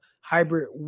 hybrid